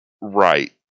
Right